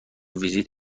ویزیت